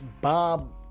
Bob